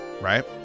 right